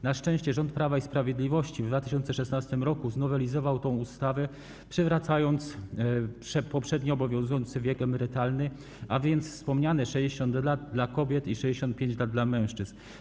Na szczęście rząd Prawa i Sprawiedliwości w 2016 r. znowelizował tę ustawę, przywracając poprzednio obowiązujący wiek emerytalny, a więc wspomniane 60 lat dla kobiet i 65 lat dla mężczyzn.